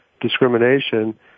discrimination